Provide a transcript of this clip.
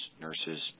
nurses